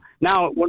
Now